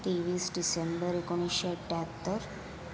तेवीस डिसेंबर एकोणीसशे अठ्ठ्याहत्तर